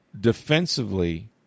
defensively